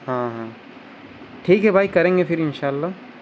ہاں ہاں ٹھیک ہے بھائی کریں گے پھر انشاء اللہ